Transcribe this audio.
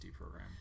program